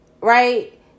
right